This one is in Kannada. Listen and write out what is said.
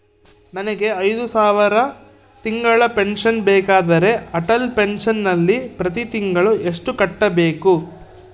ನನಗೆ ಐದು ಸಾವಿರ ತಿಂಗಳ ಪೆನ್ಶನ್ ಬೇಕಾದರೆ ಅಟಲ್ ಪೆನ್ಶನ್ ನಲ್ಲಿ ಪ್ರತಿ ತಿಂಗಳು ಎಷ್ಟು ಕಟ್ಟಬೇಕು?